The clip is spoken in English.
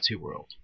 world